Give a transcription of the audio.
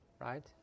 right